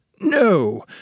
No